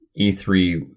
E3